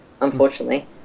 unfortunately